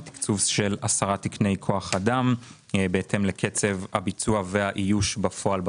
תקצוב של 10 תקני כוח אדם בהתאם לקצב הביצוע והאיוש בפועל בתוכנית.